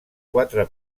quatre